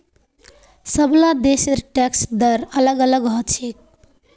सबला देशेर टैक्स दर अलग अलग ह छेक